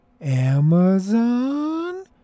Amazon